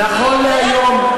נכון להיום,